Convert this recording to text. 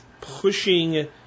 pushing